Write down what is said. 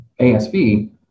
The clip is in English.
ASV